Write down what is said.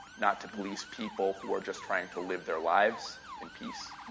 not to police people we're just trying to live their lives in peace.